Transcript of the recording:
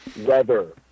Weather